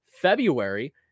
February